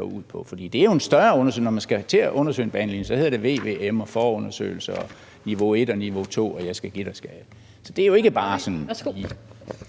ud på. For det er jo en større undersøgelse: Når man skal til at undersøge en banelinje, hedder det vvm og forundersøgelse og niveau 1 og niveau 2, og jeg skal give dig, skal jeg. Så det er jo ikke bare sådan